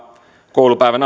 koulupäivän